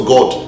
God